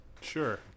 Sure